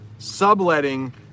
Subletting